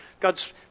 God's